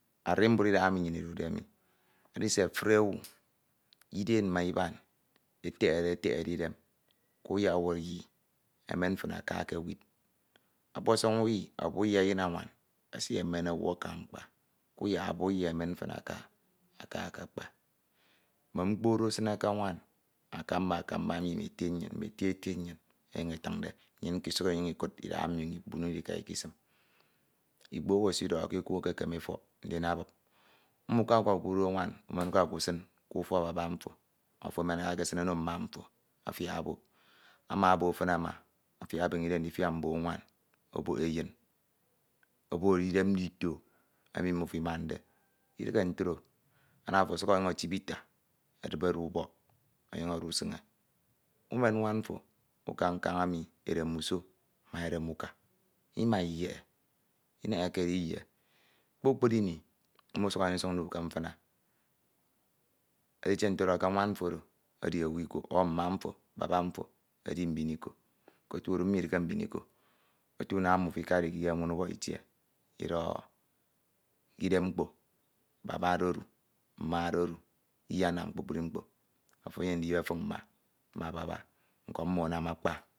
Arimbud idahaemi nnyin idade mi edi se efuri owu iden ma iban etehe etehede idem, kuyak uyi emen fin aka ekewid, okọpọsoñ uyi ọ akuye efjn anwan esimen owu aka mkpa, kuyak ubuyi emen fin aka aka ekekpa, mme mkpo do esine ke nwan akamba akamba emi ete nnyin mme ete ete nnyin enyuñ etiñde, nnyin nko isuk inyuñ ikud idahaemi nnyin ikpunide ika ikesim ikpo owu esidọhọ ke eku ekekeme efọk ndin abup umukaka ukudo nwan umen uda ukusin k'ufọk baba mfo ọ afiak emen ada ekesin ono mma mfo afiak obok, ama obok fin ama, afiak ebeñe idem ndifiak mbok nwan obok eyin obok idem nditk emi mmafo imande idihe ntro ana ofo ọsuk ọnyuñ etip eta edibere ubọk onyuñ udusiñe. Umen nwam mfo uka ukañ emi edem uso ma edem uka imayiehe, inehekede iyie kpukpru ini, mmo ọsuk enyem ndisuk ndu ke mfina me nwan mfo oro edi owu iko ọ mma mfo ọ baba mfo edi owu iko k'otu oro mmo idihe mbin iko, otu naña mmafo ikade iketie iwin ubọk itie idọho idem mkpo baba do odu mma do odu iyenam kpukpru mkpo afo enyem ndifefik mma ma baba mmo anam akpa.